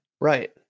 Right